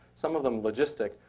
some of them logistic,